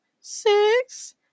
six